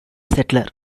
settler